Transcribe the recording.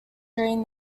during